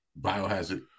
Biohazard